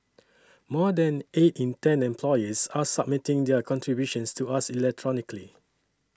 more than eight in ten employers are submitting their contributions to us electronically